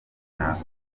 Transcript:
nta